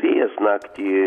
vėjas naktį